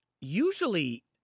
Usually